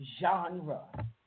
genre